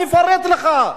אני אפרט לך.